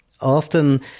Often